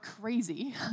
crazy